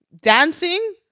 Dancing